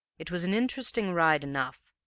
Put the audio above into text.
it was an interesting ride enough,